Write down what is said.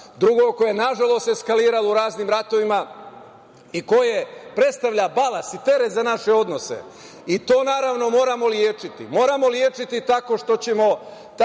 drugu koja je eskalirala u raznim ratovima i koja predstavlja balast i teret za naše odnose i to, naravno, moramo lečiti. Moramo lečiti tako što ćemo